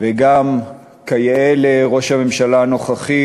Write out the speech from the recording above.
וגם כיאה לראש הממשלה הנוכחי,